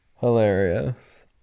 Hilarious